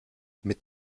mit